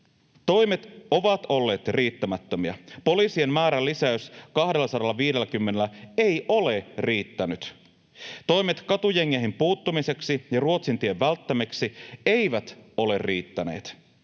Toimet ovat olleet riittämättömiä. Poliisien määrän lisäys 250:llä ei ole riittänyt. Toimet katujengeihin puuttumiseksi ja Ruotsin tien välttämiseksi eivät ole riittäneet.